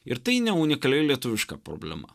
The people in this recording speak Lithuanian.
ir tai ne unikali lietuviška problema